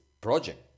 project